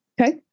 Okay